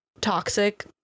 toxic